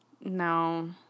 No